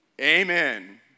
amen